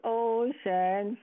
ocean